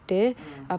ah